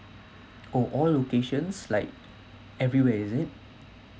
oh all locations like everywhere is it